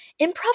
improv